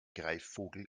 greifvogel